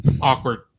awkward